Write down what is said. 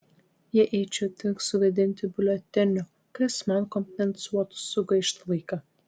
jei eičiau tik sugadinti biuletenio kas man kompensuotų sugaištą laiką